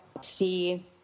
see